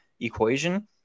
equation